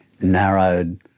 narrowed